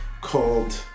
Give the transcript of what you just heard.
called